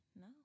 No